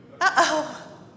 uh-oh